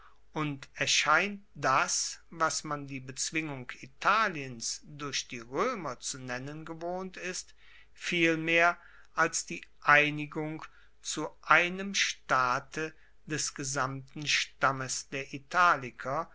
und erscheint das was man die bezwingung italiens durch die roemer zu nennen gewohnt ist vielmehr als die einigung zu einem staate des gesamten stammes der italiker